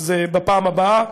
אז בפעם הבאה.